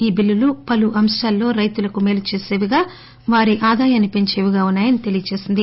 ఈ బిల్లులు పలు అంశాలలో రైతులకు మేలు చేసవిగా వారి ఆదాయాన్ని పెంచేవిగా ఉన్నాయని తెలిపింది